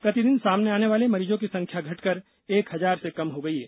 प्रतिदिन सामने आने वाले मरीजों की संख्या घटकर एक हजार से कम हो गई है